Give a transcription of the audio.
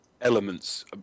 elements